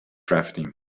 رفتیم